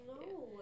No